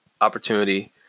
opportunity